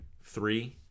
Three